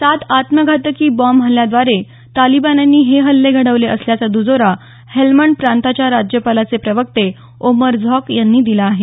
सात आत्मघातकी बॉम्ब हल्ल्याद्वारे तालिबान्यांनी हे हल्ले घडवले असल्याचा द्जोरा हेल्मंड प्रांताच्या राज्यपालाचे प्रवक्ते ओमर झॉक यांनी दिला आहे